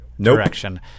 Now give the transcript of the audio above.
direction